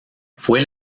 fue